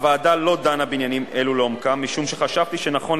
הוועדה לא דנה בעניינים אלו לעומקם משום שחשבתי שנכון